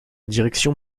direction